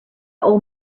old